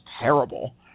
terrible